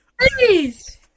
Please